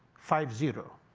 five zero.